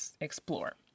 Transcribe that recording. explore